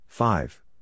Five